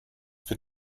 für